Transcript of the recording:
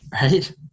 right